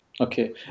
Okay